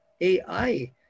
AI